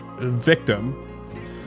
victim